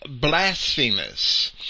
blasphemous